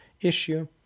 issue